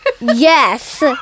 Yes